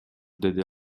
деди